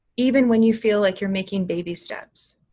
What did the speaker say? even when you feel like you're making baby steps.